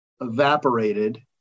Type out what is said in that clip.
evaporated